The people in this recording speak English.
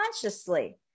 consciously